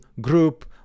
group